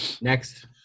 Next